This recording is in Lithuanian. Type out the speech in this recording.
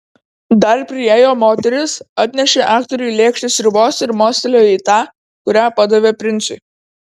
dar priėjo moteris atnešė aktoriui lėkštę sriubos ir mostelėjo į tą kurią padavė princui